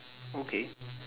okay